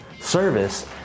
service